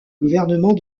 gouvernement